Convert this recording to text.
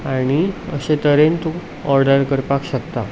आनी अशें तरेन तूं ऑर्डर करपाक शकता